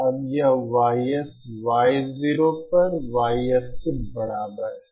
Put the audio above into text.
अब यह ys y0 पर ys के बराबर है